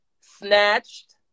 Snatched